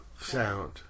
sound